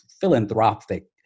philanthropic